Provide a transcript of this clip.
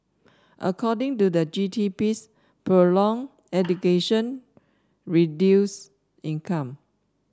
according to the G T piece prolong education reduce income